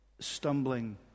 stumbling